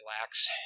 relax